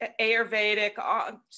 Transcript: Ayurvedic